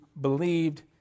believed